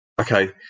Okay